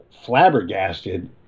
flabbergasted